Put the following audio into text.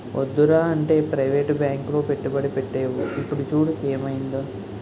వద్దురా అంటే ప్రవేటు బాంకులో పెట్టుబడి పెట్టేవు ఇప్పుడు చూడు ఏమయిందో